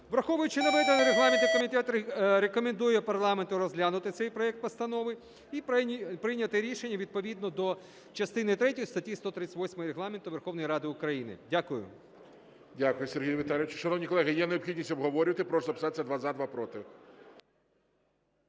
Враховуючи наведене, регламентний комітет рекомендує парламенту розглянути цей проект постанови і прийняти рішення відповідно до частини третьої статті 138 Регламенту Верховної Ради України. Дякую. ГОЛОВУЮЧИЙ. Дякую, Сергій Віталійович. Шановні колеги, є необхідність обговорювати? Прошу записатись: два – за, два – проти.